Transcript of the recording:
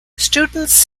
students